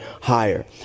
higher